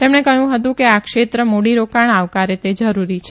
તેમણે કહ્યું હતું કે આ ક્ષેત્ર મુડીરોકાણ આવકારે તે જરૂરી છે